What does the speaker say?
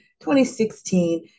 2016